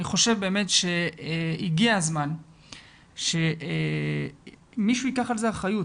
אני חושב שהגיע הזמן שמישהו ייקח על זה אחריות.